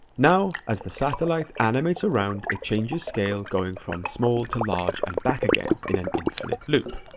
now, as the satellite animates around, it changes scale going from small to large and back again in an infinite loop.